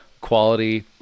quality